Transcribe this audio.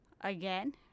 Again